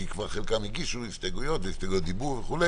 כי כבר חלקם הגישו הסתייגויות והסתייגויות דיבור וכו',